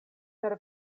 per